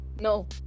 no